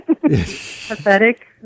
pathetic